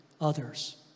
others